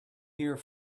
here